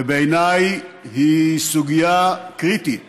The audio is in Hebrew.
ובעיניי זו סוגיה קריטית